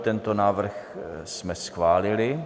Tento návrh jsme schválili.